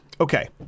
Okay